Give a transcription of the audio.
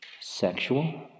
sexual